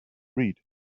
read